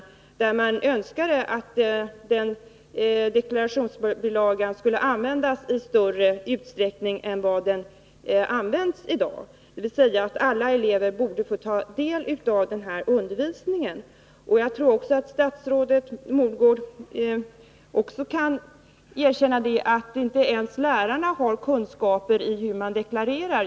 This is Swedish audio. Riksskatteverket önskade att deklarationsbilagan skulle användas istörre utsträckning än vad som i dag är fallet, dvs. att alla elever borde få ta del av denna undervisning. Jagtror att statsrådet Mogård också kan erkänna att inte ens alla lärare har kunskaper i hur man deklarerar.